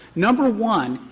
number one,